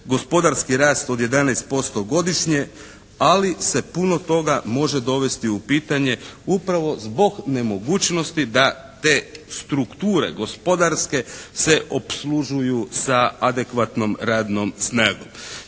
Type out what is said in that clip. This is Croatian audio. gospodarski rast od 11% godišnje, ali se puno toga može dovesti u pitanje upravo zbog nemogućnosti da te strukture gospodarske se opslužuju sa adekvatnom radnom snagom.